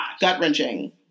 Gut-wrenching